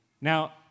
Now